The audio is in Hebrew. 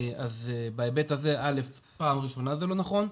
אז בהיבט הזה פעם ראשונה זה לא נכון,